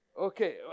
Okay